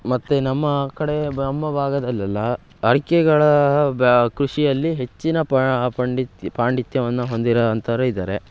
ಮತ್ತೆ ನಮ್ಮ ಕಡೆ ಬ ನಮ್ಮ ಭಾಗದಲ್ಲೆಲ್ಲ ಅಡಿಕೆಗಳ ಬ ಕೃಷಿಯಲ್ಲಿ ಹೆಚ್ಚಿನ ಪ ಪಂಡಿತ ಪಾಂಡಿತ್ಯವನ್ನು ಹೊಂದಿರೋ ಅಂಥವ್ರು ಇದ್ದಾರೆ